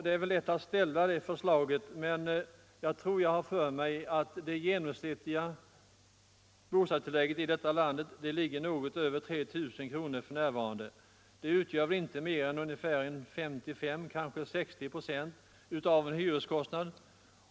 Det är väl lätt att framställa det förslaget, men jag har för mig att de genomsnittliga bostadstilläggen i vårt land ligger på något över 3 000 kronor för närvarande. De utgör inte mer än 55, kanske 60, procent av en hyreskostnad.